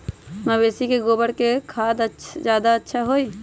मवेसी के गोबर के खाद ज्यादा अच्छा होई?